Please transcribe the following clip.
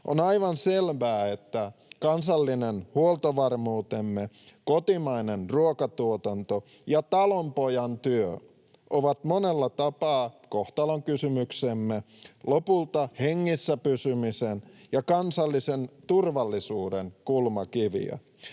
On aivan selvää, että kansallinen huoltovarmuutemme, kotimainen ruokatuotanto ja talonpojan työ ovat monella tapaa kohtalonkysymyksemme — lopulta hengissä pysymisen ja kansallisen turvallisuuden kulmakiviä.